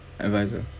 adviser